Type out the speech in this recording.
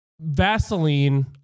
Vaseline